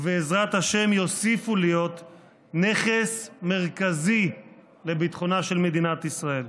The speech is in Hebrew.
ובעזרת השם יוסיפו להיות נכס מרכזי לביטחונה של מדינת ישראל,